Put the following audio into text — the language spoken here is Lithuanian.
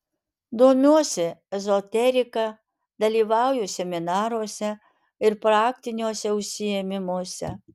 domiuosi ezoterika dalyvauju seminaruose ir praktiniuose užsiėmimuose